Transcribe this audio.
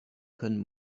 können